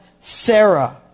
Sarah